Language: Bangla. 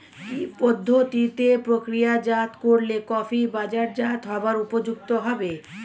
কি পদ্ধতিতে প্রক্রিয়াজাত করলে কফি বাজারজাত হবার উপযুক্ত হবে?